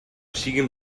siguin